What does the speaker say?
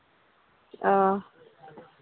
ᱚ